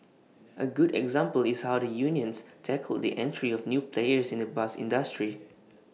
A good example is how the unions tackled the entry of new players in the bus industry